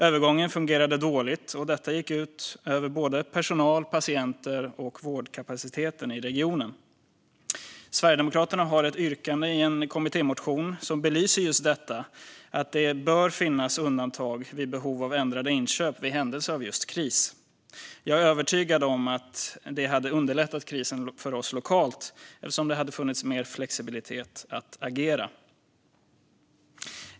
Övergången fungerade dåligt, och detta gick ut över både personal, patienter och vårdkapacitet i regionen. Sverigedemokraterna har ett yrkande i en kommittémotion som belyser just detta, att det bör finnas undantag vid behov av ändrade inköp i händelse av kris. Jag är övertygad om att detta hade underlättat krisen för oss lokalt eftersom det hade funnits mer flexibilitet att agera.